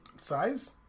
Size